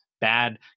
bad